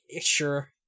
sure